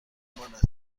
دنبالت